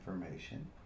information